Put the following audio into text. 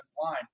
line